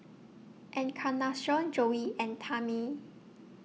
Encarnacion Joey and Tammie